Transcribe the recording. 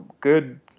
good